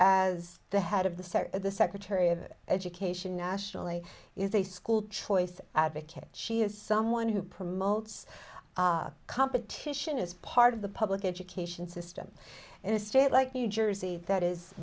as the head of the sec the secretary of education nationally is a school choice advocate she is someone who promotes competition is part of the public education system in a state like new jersey that is